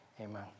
Amen